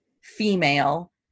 female